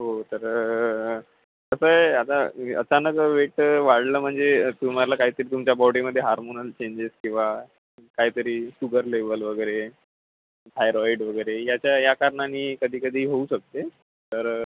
हो तर कसं आहे आता आचानाक वेट वाढलं म्हणजे तुम्हाला काही तरी तुमच्या बॉडीमध्ये हार्मोनल चेंजेस किंवा काही तरी शुगर लेवल वगैरे थायराइड वगैरे याच्या या कारणाने कधी कधी होऊ शकते तर